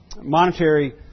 monetary